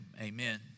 amen